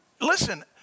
listen